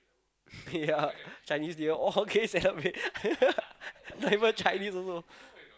ya Chinese-New-Year okay celebrate not even Chinese also